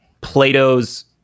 Plato's